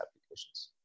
applications